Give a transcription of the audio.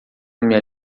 minha